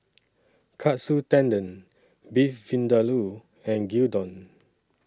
Katsu Tendon Beef Vindaloo and Gyudon